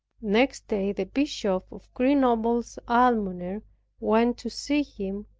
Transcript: next day the bishop of grenoble's almoner went to see him,